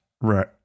right